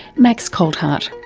max coltheart.